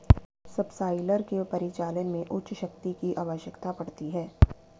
subsoiler के परिचालन में उच्च शक्ति की आवश्यकता पड़ती है